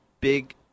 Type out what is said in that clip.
big